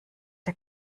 der